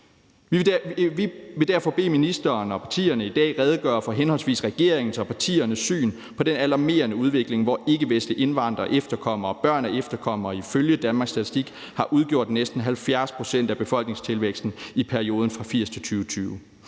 Vi vil derfor bede ministeren og partierne om i dag at redegøre for henholdsvis regeringens og partiernes syn på den alarmerende udvikling, hvor ikkevestlige indvandrere, efterkommere og børn af efterkommere ifølge Danmarks Statistik har udgjort næsten 70 pct. af befolkningstilvæksten i perioden 1980-2020,